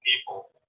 people